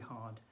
hard